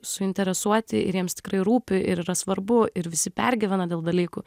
suinteresuoti ir jiems tikrai rūpi ir yra svarbu ir visi pergyvena dėl dalykų